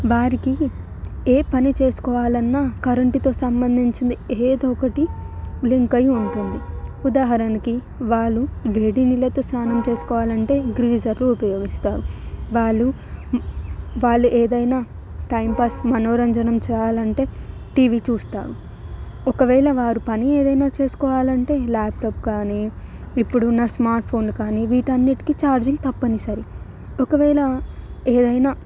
వారికి ఏ పని చేసుకోవాలన్నా కరెంటుతో సంబంధించింది ఏదో ఒకటి లింక్ అయ్యి ఉంటుంది ఉదాహరణకి వాళ్ళు వేడినీళ్ళతో స్నానం చేసుకోవాలంటే గ్రీజర్లు ఉపయోగిస్తారు వాళ్ళు వాళ్ళు ఏదైనా టైం పాస్ మనోరంజనం చేయాలంటే టీవీ చూస్తారు ఒకవేళ వారు పని ఏదైనా చేసుకోవాలంటే ల్యాప్టాప్ కానీ ఇప్పుడున్న స్మార్ట్ ఫోన్ కానీ వీటన్నిటికీ ఛార్జింగ్ తప్పనిసరి ఒకవేళ ఏదైనా